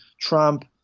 Trump